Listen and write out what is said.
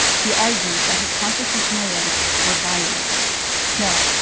he argued that his constitutional rights were violated now,